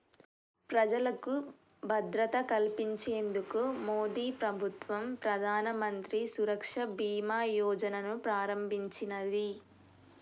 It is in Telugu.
ప్రజలకు భద్రత కల్పించేందుకు మోదీప్రభుత్వం ప్రధానమంత్రి సురక్ష బీమా యోజనను ప్రారంభించినాది